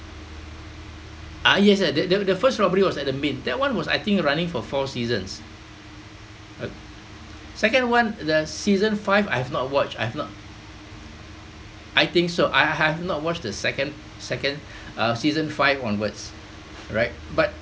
ah yes that that the first robbery was at the mint that one was I think running for four seasons uh second one the season five I've not watched I've not I think so I have not watched the second second uh season five onwards right but